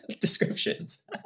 descriptions